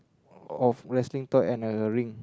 of wrestling toy and like a ring